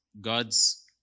God's